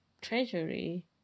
treasury